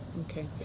Okay